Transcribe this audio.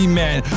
man